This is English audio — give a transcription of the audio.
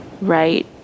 right